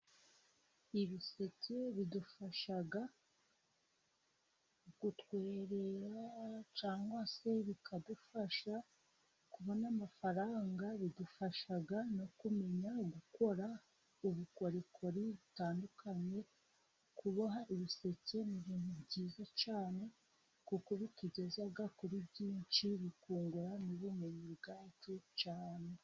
Ibiseke bidufasha gutwerera, cyangwa se bikadufasha kubona amafaranga, bidufasha no kumenya gukora ubukorikori butandukanye, kuboha ibiseke ni bintu byiza cyane, kuko kubitugeza kuri byinshi, bikungura n'ubumenyi bwacu cyane.